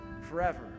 forever